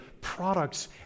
products